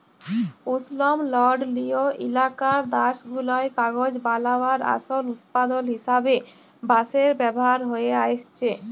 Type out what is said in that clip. উস্লমলডলিয় ইলাকার দ্যাশগুলায় কাগজ বালাবার আসল উৎপাদল হিসাবে বাঁশের ব্যাভার হঁয়ে আইসছে